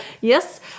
Yes